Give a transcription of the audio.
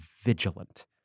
vigilant